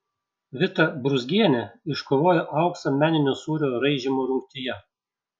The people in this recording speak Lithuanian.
vita brūzgienė iškovojo auksą meninio sūrio raižymo rungtyje